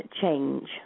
change